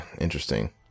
interesting